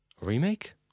Remake